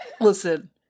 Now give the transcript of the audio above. listen